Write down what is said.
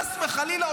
חס וחלילה,